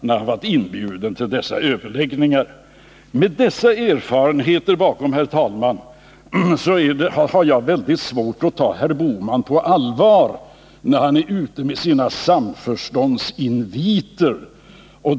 när han blev inbjuden till Med dessa erfarenheter såsom bakgrund, herr talman, har jag väldigt svårt att ta herr Bohman på allvar, när han nu är ute med sina samförståndsinviter.